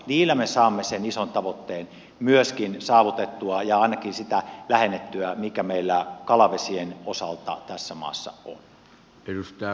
niillä me saamme sen ison tavoitteen myöskin saavutettua ja ainakin sitä vähennettyä mikä meillä kalavesien osalta tässä maassa on